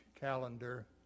calendar